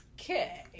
Okay